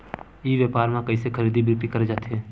ई व्यापार म कइसे खरीदी बिक्री करे जाथे?